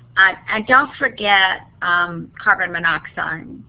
and don't forget carbon monoxide.